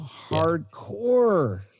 hardcore